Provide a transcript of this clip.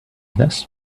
this